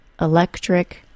electric